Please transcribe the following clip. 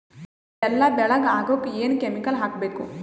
ಬೆಲ್ಲ ಬೆಳಗ ಆಗೋಕ ಏನ್ ಕೆಮಿಕಲ್ ಹಾಕ್ಬೇಕು?